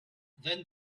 then